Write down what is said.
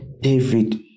David